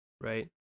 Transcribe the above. right